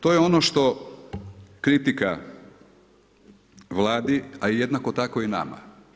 To je ono što kritika Vladi a jednako tako i nama.